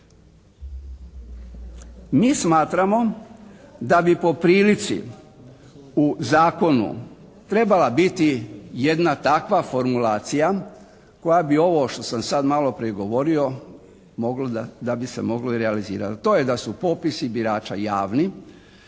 Mi smatramo da bi po prilici u zakonu trebala biti jedna takva formulacija koja bi ovo što sam sad malo prije govorio mogli, da bi se moglo i realizirati, a to je da su popisi birača javni,